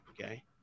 Okay